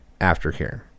Aftercare